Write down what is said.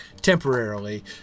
temporarily